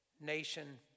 nation